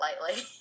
lightly